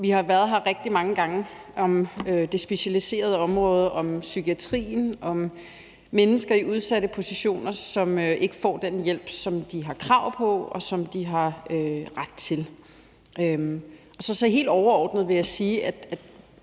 Vi har været her rigtig mange gange og talt om det specialiserede område, om psykiatrien og om udsatte mennesker, som ikke får den hjælp, som de har krav på, og som de har ret til. Så helt overordnet vil jeg sige, at